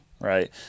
right